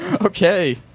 Okay